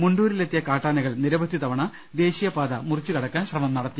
മുണ്ടൂരിൽ എത്തിയ കാട്ടാനകൾ നിരവധി തവണ ദേശീയപാത മുറിച്ചുകടക്കാൻ ശ്രമം നടത്തി